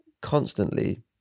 constantly